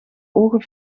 ogen